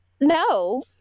No